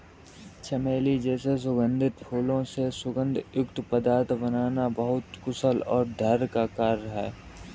चमेली जैसे सुगंधित फूलों से सुगंध युक्त पदार्थ बनाना बहुत कुशलता और धैर्य का कार्य है